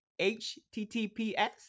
HTTPS